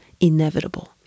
inevitable